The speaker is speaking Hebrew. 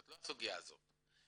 זאת לא הסוגיה הזאת.